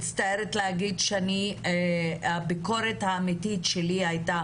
מצטערת לומר שהביקורת האמיתית שלי הייתה